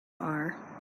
are